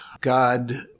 God